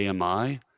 AMI